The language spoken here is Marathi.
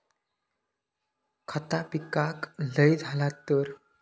खता पिकाक लय झाला तर?